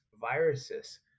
viruses